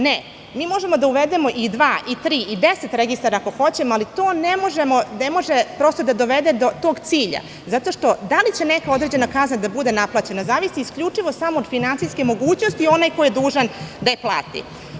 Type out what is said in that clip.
Ne, mi možemo da uvedemo i dva i tri i deset registara, ako hoćemo, ali to ne može prosto da dovede do tog cilja, jer da li će neka određena kazna da bude naplaćena zavisi isključivo samo od finansijske mogućnosti onog koji je dužan da je plati.